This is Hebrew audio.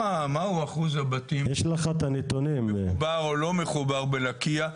מהו אחוז הבתים, מחובר או לא מחובר, בלקיה?